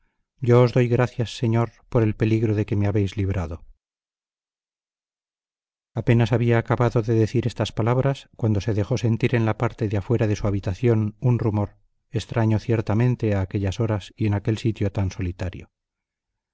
yo os doy gracias señor por el peligro de que me habéis librado apenas había acabado de decir estas palabras cuando se dejó sentir en la parte de afuera de su habitación un rumor extraño ciertamente a aquellas horas y en aquel sitio tan solitario